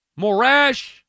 Morash